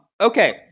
Okay